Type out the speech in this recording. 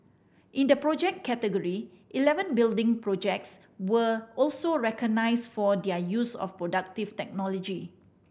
in the Project category eleven building projects were also recognised for their use of productive technology